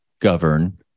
govern